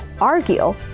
argue